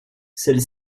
celle